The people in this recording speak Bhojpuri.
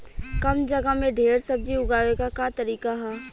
कम जगह में ढेर सब्जी उगावे क का तरीका ह?